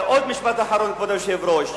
עוד משפט אחרון, כבוד היושב-ראש.